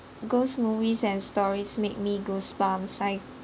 ghost movies and stories made me goosebumps like